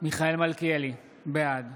מיכאל מלכיאלי, בעד